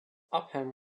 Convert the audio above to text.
upham